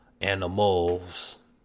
animals